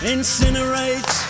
Incinerate